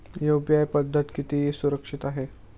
UPI पद्धत किती सुरक्षित आहे?